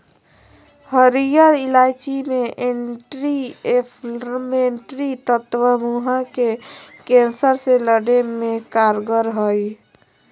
हरीयर इलायची मे एंटी एंफलामेट्री तत्व मुंह के कैंसर से लड़े मे कारगर हई